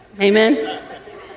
amen